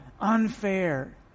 unfair